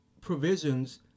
provisions